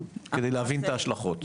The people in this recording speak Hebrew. כדי להבין את ההשלכות.